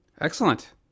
Excellent